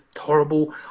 horrible